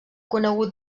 conegut